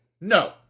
No